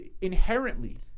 Inherently